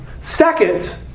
Second